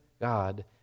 God